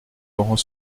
laurent